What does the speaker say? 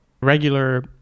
regular